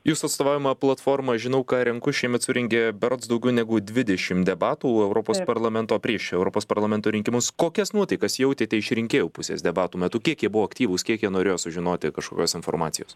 jūs atstovaujama platforma žinau ką renku šiemet surengė berods daugiau negu dvidešim debatų europos parlamento prieš europos parlamento rinkimus kokias nuotaikas jautėte iš rinkėjų pusės debatų metu kiek jie buvo aktyvūs kiek jie norėjo sužinoti kažkokios informacijos